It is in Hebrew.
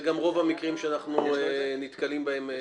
אלה גם רוב המקרים שאנחנו נתקלים בהם.